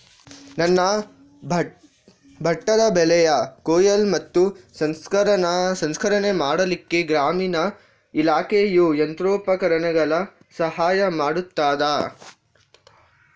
ನನ್ನ ಭತ್ತದ ಬೆಳೆಯ ಕೊಯ್ಲು ಮತ್ತು ಸಂಸ್ಕರಣೆ ಮಾಡಲಿಕ್ಕೆ ಗ್ರಾಮೀಣ ಇಲಾಖೆಯು ಯಂತ್ರೋಪಕರಣಗಳ ಸಹಾಯ ಮಾಡುತ್ತದಾ?